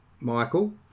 michael